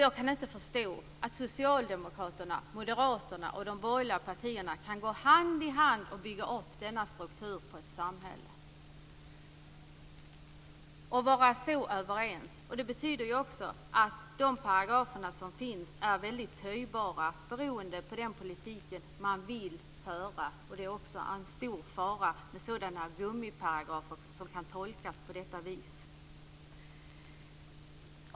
Jag kan inte förstå att Socialdemokraterna, Moderaterna och de övriga borgerliga partierna gå hand i hand och bygga upp denna struktur på ett samhälle och vara så överens. Det betyder också att de paragrafer som finns är väldigt töjbara beroende på den politik som man vill föra. Det innebär en stor fara med sådana gummiparagrafer som kan tolkas på detta sätt.